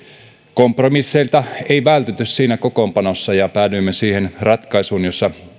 kompromisseilta ei vältytty siinä kokoonpanossa ja päädyimme siihen ratkaisuun jossa